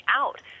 out